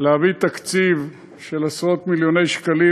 להביא תקציב של עשרות-מיליוני שקלים